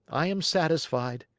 i am satisfied,